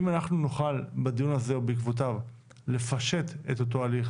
אם אנחנו נוכל בדיון הזה או בעקבותיו לפשט את אותו הליך